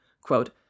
quote